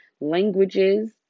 languages